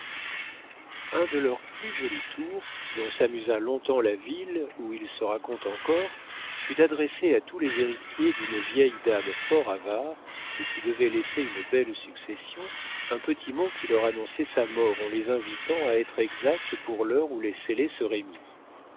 un de leurs plus jolis tours dont s'amusa longtemps la ville où il se raconte encore fut d'adresser à tous les héritiers d'une vieille dame fort avare et qui devait laisser une belle succession un petit mot qui leur annonçait sa mort en les invitant à être exacts pour l'heure où les scellés seraient